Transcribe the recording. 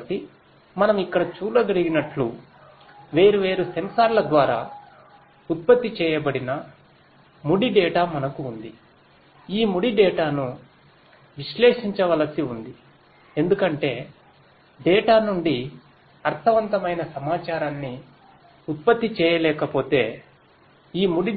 కాబట్టి మనం ఇక్కడ చూడగలిగినట్లువేర్వేరు సెన్సార్ల ద్వారా ఉత్పత్తి చేయబడిన ముడి